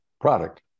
product